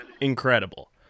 incredible